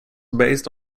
based